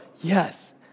yes